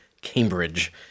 Cambridge